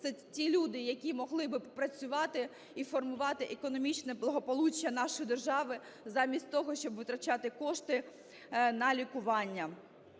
це ті люди, які могли би працювати і формувати економічне благополуччя нашої держави замість того, щоб витрачати кошти на лікування.